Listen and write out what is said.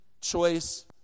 choice